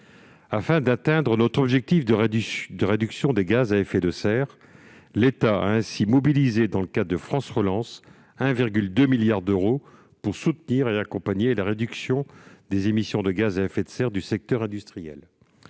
Afin d'atteindre notre objectif de réduction des gaz à effet de serre, l'État a mobilisé, dans le cadre de France Relance, 1,2 milliard d'euros pour soutenir et accompagner la réduction des émissions de gaz à effet de serre du secteur industriel.